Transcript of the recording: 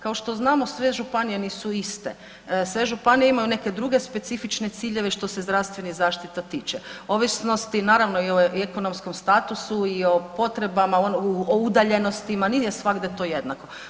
Kao što znamo, sve županije nisu iste, sve županije imaju neke druge specifične ciljeve što se zdravstvenih zaštita tiče, ovisnosti naravno i o ekonomskom statusu i o potrebama, o udaljenostima, nije svagdje to jednako.